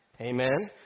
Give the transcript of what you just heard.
Amen